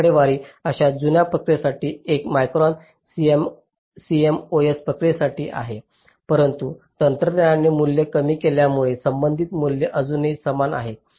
ही आकडेवारी अशा जुन्या प्रक्रियेसाठी एक मायक्रॉन CMOS प्रक्रियेसाठी आहे परंतु तंत्रज्ञानाने मूल्ये कमी केल्यामुळे संबंधित मूल्ये अजूनही समान आहेत